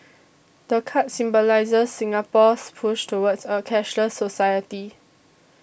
the card symbolises Singapore's push towards a cashless society